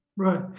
Right